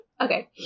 Okay